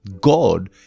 God